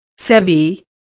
SEBI